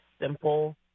simple